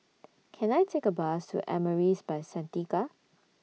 Can I Take A Bus to Amaris By Santika